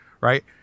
right